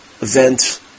event